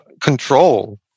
control